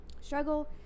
struggle